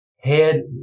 head